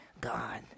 God